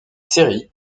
série